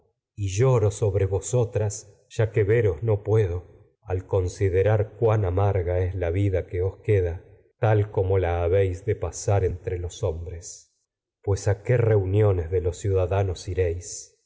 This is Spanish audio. y lloro sobre vosotras ya que veros no puedo al considerar cuan amarga es la vida que os bres queda tal como la habéis de pasar entre los a hom pues qué reuniones de no los ciudadanos iréis